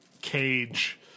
cage